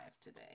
today